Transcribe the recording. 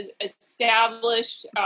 established